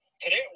Today